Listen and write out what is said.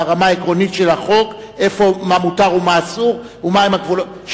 של החוק מה מותר ומה אסור ומהם הגבולות.